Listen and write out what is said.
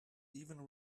even